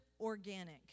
organic